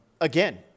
Again